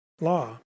law